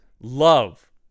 love